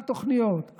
על תוכניות,